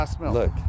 look